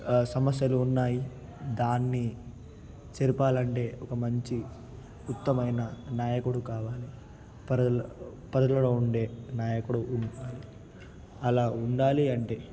సమస్యలు ఉన్నాయి దాన్ని చరపాలంటే ఒక మంచి ఉత్తమైన నాయకుడు కావాలి పరిధిలో పదవిలో ఉండే నాయకుడు ఉండాలి అలా ఉండాలి అంటే